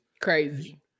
Crazy